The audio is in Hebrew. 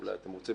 אולי אתם רוצים